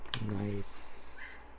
nice